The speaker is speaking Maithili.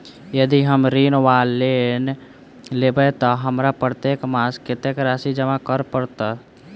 यदि हम ऋण वा लोन लेबै तऽ हमरा प्रत्येक मास कत्तेक राशि जमा करऽ पड़त?